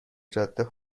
جاده